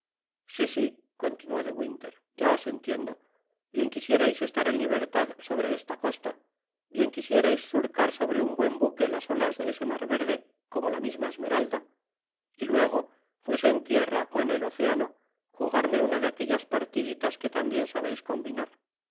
si si continuó de winter ya os entiendo bien qnisierais estar en libertad sobre esta costa bien quisierais surcar sobre un buen buque las olas de ese mar verde como la misma esmeralda y luego fuese en tierra ó en el océano jugarme una de aquellas partiditas que tan bien sabeis combinar